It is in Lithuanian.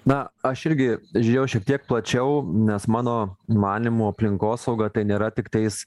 na aš irgi žiūrėjau šiek tiek plačiau nes mano manymu aplinkosauga tai nėra tiktais